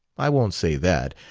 i won't say that.